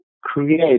create